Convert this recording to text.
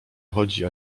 chodzi